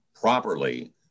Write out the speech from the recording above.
properly